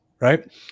right